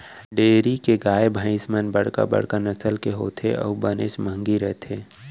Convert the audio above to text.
dairy के गाय भईंस मन बड़का बड़का नसल के होथे अउ बनेच महंगी रथें